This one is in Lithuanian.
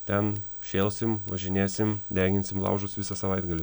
ten šėlsim važinėsim deginsim laužus visą savaitgalį